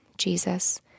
Jesus